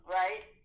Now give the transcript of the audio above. right